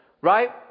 right